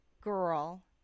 girl